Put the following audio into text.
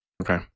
Okay